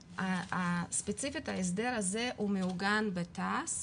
ספיציפית ההסדר הזה הוא מעוגן בתע"ס